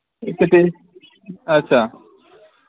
इक ते अच्छा